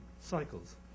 cycles